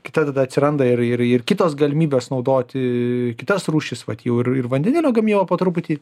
kai ta tada atsiranda ir ir kitos galimybės naudoti kitas rūšis vat jau ir ir vandenilio gamyba po truputį